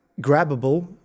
grabbable